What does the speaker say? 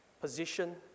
position